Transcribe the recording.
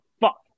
fuck